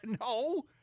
No